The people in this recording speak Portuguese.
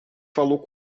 falou